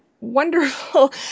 wonderful